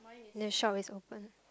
the shop is open